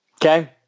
okay